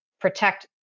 protect